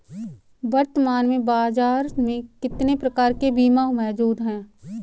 वर्तमान में बाज़ार में कितने प्रकार के बीमा मौजूद हैं?